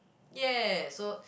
yeah so